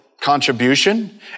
contribution